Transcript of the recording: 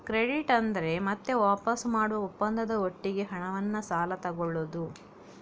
credit ಅಂದ್ರೆ ಮತ್ತೆ ವಾಪಸು ಮಾಡುವ ಒಪ್ಪಂದದ ಒಟ್ಟಿಗೆ ಹಣವನ್ನ ಸಾಲ ತಗೊಳ್ಳುದು